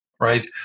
Right